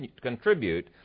contribute